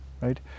right